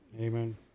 Amen